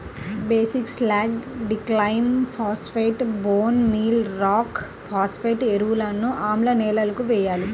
basic slag, డిక్లైమ్ phosphate, bone meal rock phosphate ఎరువులను ఆమ్ల నేలలకు వేయాలి